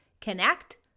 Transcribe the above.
connect